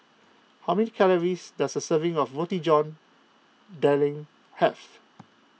how many calories does a serving of Roti John Daging have